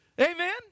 Amen